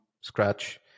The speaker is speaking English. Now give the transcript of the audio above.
scratch